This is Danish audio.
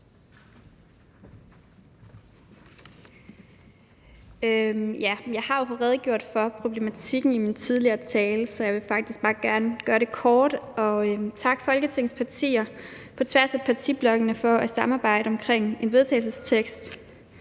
Jeg har jo redegjort for problematikken i min tidligere tale, så jeg vil faktisk bare gerne gøre det kort og takke Folketingets partier på tværs af partiblokkene for at samarbejde om et forslag til vedtagelse.